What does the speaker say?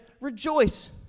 Rejoice